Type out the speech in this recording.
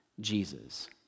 Jesus